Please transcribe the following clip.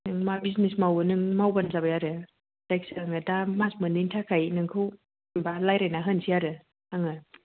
नों मा बिजनेस मावो नों मावबानो जाबाय आरो जायखिया आङो मास मोननैनि थाखाय नोंखौ रायज्लायनानै होनसै आरो आङो